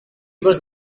was